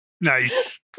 Nice